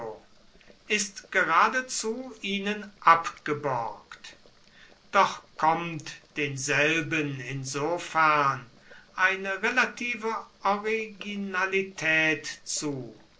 ist geradezu ihnen abgeborgt doch kommt denselben insofern eine relative originalität zu